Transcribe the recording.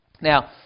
Now